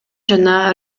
жана